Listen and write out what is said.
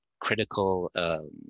critical